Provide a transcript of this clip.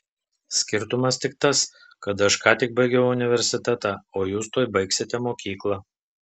skirtumas tik tas kad aš ką tik baigiau universitetą o jūs tuoj baigsite mokyklą